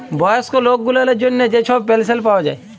বয়স্ক লক গুলালের জ্যনহে যে ছব পেলশল পাউয়া যায়